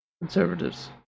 conservatives